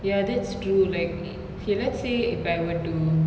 ya that's true like okay let's say if I were to